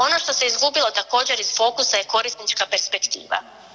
Ono što se izgubilo također iz fokusa je korisnička perspektiva.